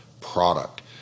product